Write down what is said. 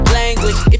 language